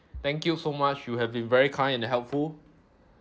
thank you so much you have been very kind and helpful